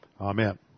Amen